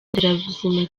nderabuzima